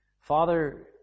Father